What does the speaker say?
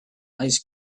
ice